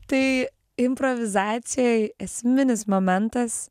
tai improvizacijoj esminis momentas